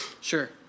Sure